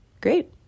great